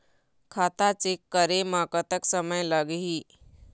खाता चेक करे म कतक समय लगही?